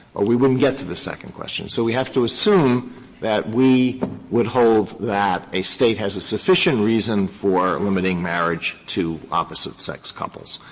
or we wouldn't get to the second question. so we have to assume that we would hold that a state has a sufficient reason for limiting marriage to opposite-sex couples.